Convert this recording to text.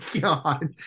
God